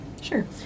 Sure